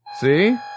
See